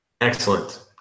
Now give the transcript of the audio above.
Excellent